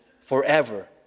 forever